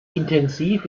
intensiv